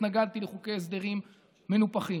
התנגדתי לחוקי הסדרים מנופחים.